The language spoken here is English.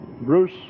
Bruce